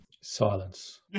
silence